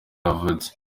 yavutse